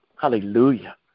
Hallelujah